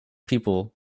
people